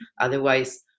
otherwise